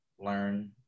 learn